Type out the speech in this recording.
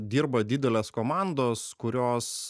dirba didelės komandos kurios